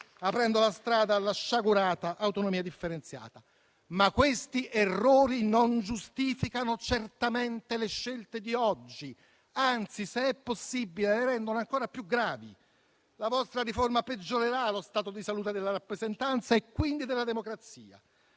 aprendo la strada alla sciagurata autonomia differenziata. Questi errori però non giustificano certamente le scelte di oggi; anzi, se è possibile, le rendono ancora più gravi. La vostra riforma peggiorerà lo stato di salute della rappresentanza e quindi della democrazia.